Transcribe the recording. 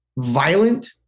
violent